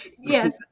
Yes